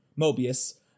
Mobius